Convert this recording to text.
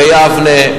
ביבנה,